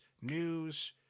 news